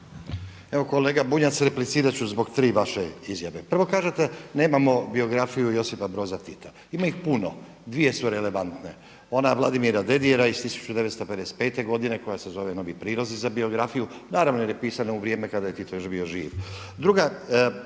Evo kolega Bunjac replicirat ću zbog tri vaše izjave. Prvo kažete nemamo biografiju Josipa Broza Tita. Ima ih puno, dvije su relevantne, ona Vladimira Dedijera iz 1955. godine koja se zove „Novi prilozi za biografiju“ naravno jer je u pisana u vrijeme kada je Tito još bio živ.